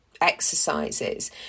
exercises